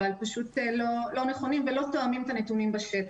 שהם פשוט לא נכונים ולא תואמים את הנתונים בשטח.